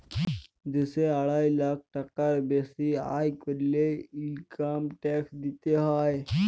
দ্যাশে আড়াই লাখ টাকার বেসি আয় ক্যরলে ইলকাম ট্যাক্স দিতে হ্যয়